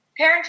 parenting